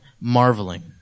marveling